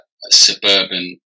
suburban